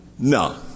No